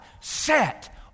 set